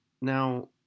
Now